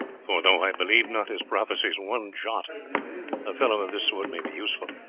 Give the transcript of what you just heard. for though i believe not his prophecies one jot, a fellow of this sort may be useful.